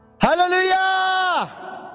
Hallelujah